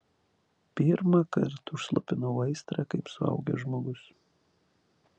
pirmąkart užslopinau aistrą kaip suaugęs žmogus